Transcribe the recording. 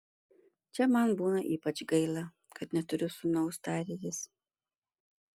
čia man būna ypač gaila kad neturiu sūnaus tarė jis